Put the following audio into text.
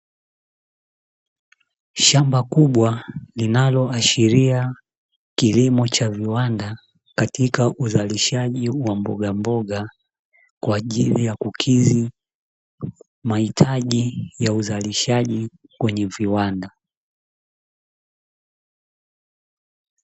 Shamba kubwa linaloashiria kilimo cha viwanda katika uzalishaji wa mboga mboga, kwa ajili ya kukidhi mahitaji ya uzalishaji kwenye viwanda.